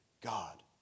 God